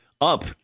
up